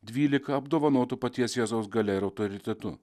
dvylika apdovanotų paties jėzaus galia ir autoritetu